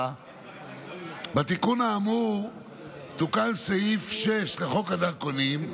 9). בתיקון האמור תוקן סעיף 6 לחוק הדרכונים,